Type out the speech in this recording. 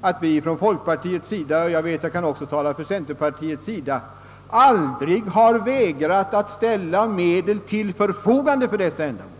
denna punkt är emellertid, att vi från folkpartiets sida — och jag kan i detta sammanhang även tala för centerpartiet — aldrig har vägrat att ställa medel till förfogande för dessa ändamål.